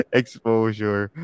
exposure